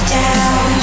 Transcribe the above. down